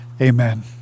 Amen